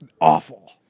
Awful